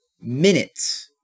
minutes